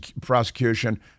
prosecution